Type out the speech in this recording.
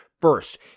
first